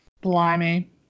Blimey